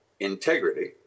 integrity